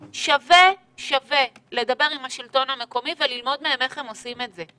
שווה לדבר עם השלטון המקומי וללמוד מהם איך הם עושים את זה,